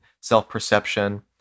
self-perception